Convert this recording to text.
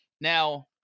Now